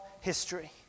history